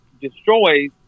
destroys